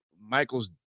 Michaels